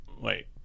wait